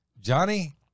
Johnny